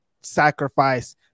sacrifice